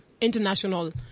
international